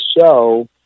show